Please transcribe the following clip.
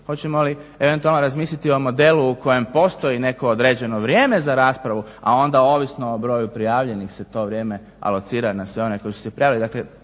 hoćemo li eventualno razmisliti o modelu u kojem postoji neko određeno vrijeme za raspravu, a onda ovisno o broju prijavljenih se to vrijeme alocira na sve one koji su se prijavili.